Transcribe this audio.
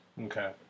Okay